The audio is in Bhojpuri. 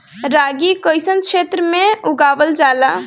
रागी कइसन क्षेत्र में उगावल जला?